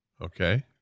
Okay